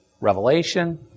Revelation